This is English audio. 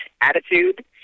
attitude